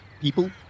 people